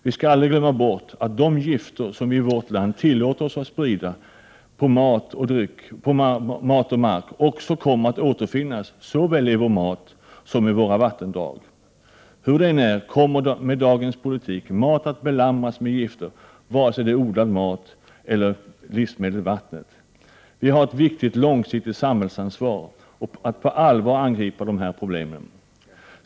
Vi skall aldrig glömma bort att de gifter som vi i vårt land tillåter oss att sprida på mat och mark också kommer att återfinnas såväl i vår mat som i våra vattendrag. Hur det än är kommer med dagens politik mat att belamras med gifter vare sig det är odlad mat eller livsmedlet vattnet. Vi har ett viktigt långsiktigt samhällsansvar att på allvar angripa dessa problem.